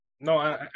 No